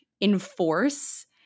enforce